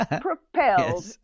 propelled